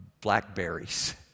blackberries